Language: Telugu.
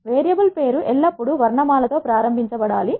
వేరియబుల్ పేరు ఎల్లప్పుడు వర్ణమాల తో ప్రారంభించబడాలి